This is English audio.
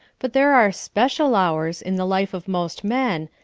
but there are special hours in the life of most men,